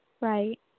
Right